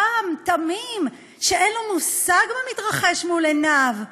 תם תמים, שאין לו מושג במתרחש מול עיניו.